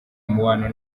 umubano